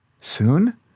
Soon